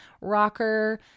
rocker